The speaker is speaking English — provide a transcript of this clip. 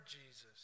Jesus